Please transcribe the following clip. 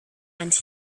and